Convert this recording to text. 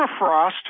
permafrost